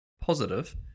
positive